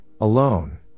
alone